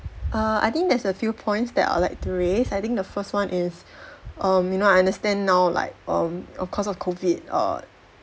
ah I think there's a few points that I would like to raise I think the first one is um you know I understand now like um of cause of COVID err